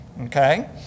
Okay